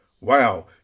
wow